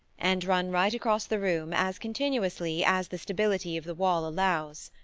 and run right across the room as continuously as the stability of the wall allows.